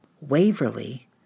Waverly